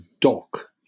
dock